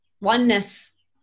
oneness